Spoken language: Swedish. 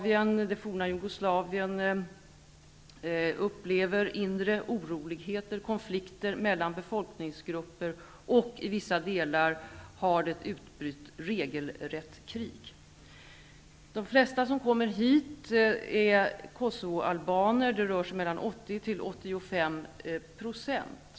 Det forna Jugoslavien upplever inre oroligheter och konflikter mellan befolkningsgrupper. I vissa delar har det utbrutit regelrätt krig. De flesta som kommer hit är kosovoalbaner. De utgör mellan 80 och 85 %.